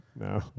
No